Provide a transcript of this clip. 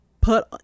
put